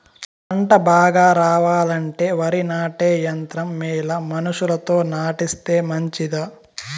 పంట బాగా రావాలంటే వరి నాటే యంత్రం మేలా మనుషులతో నాటిస్తే మంచిదా?